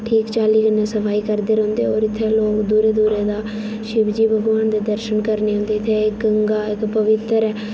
ठीक चाल्ली कन्नै सफाई करदे रौंह्न्दे होर इत्थै लोग दूरे दूरे दा शिवजी भगवान दे दर्शन करने औंदे ते एह् गंगा इक पवित्तर ऐ